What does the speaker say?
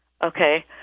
Okay